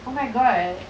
oh my god